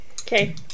Okay